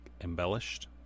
embellished